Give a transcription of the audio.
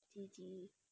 鸡鸡